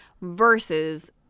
versus